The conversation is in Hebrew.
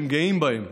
הם גאים בהם,